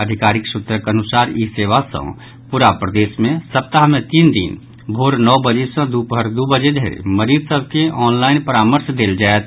आधिकारिक सूत्रक अनुसार ई सेवा सॅ पूरा प्रदेश मे सप्ताह मे तीन दिन भोर नओ बजे सॅ दूपहर दू बजे धरि मरीज सभ के ऑनलाइन परामर्श देल जायत